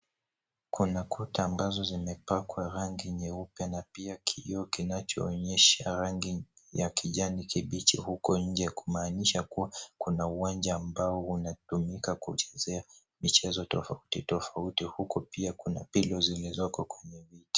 Kuna kuta ambazo zimepakwa rangi nyeupe na pia kioo kinacho onyesha rangi ya kijani kibichi huko nje kumaanisha kuwa kuna uwanja ambao unatumika kuchezea michezo tofauti tofauti. Huko pia kuna [cs ]pilo[cs ]zilizoko kwenye miti.